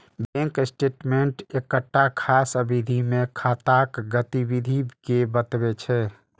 bank statement एकटा खास अवधि मे खाताक गतिविधि कें बतबै छै